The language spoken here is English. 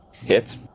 Hit